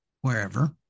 wherever